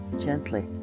gently